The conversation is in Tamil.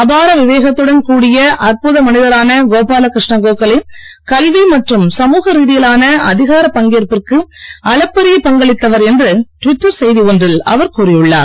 அபார விவேகத்துடன் கூடிய அற்புத மனிதரான கோபால கிருஷ்ண கோகலே கல்வி மற்றும் சமுக ரீதியிலான அதிகார பங்கேற்பிற்கு அளப்பரிய பங்களித்தவர் என்று டிவிட்டர் செய்தி ஒன்றில் அவர் கூறியுள்ளார்